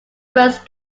first